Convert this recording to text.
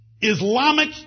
Islamic